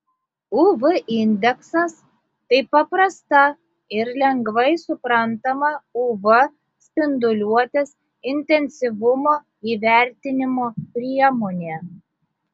uv indeksas tai paprasta ir lengvai suprantama uv spinduliuotės intensyvumo įvertinimo priemonė